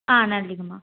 ஆ நன்றிங்கம்மா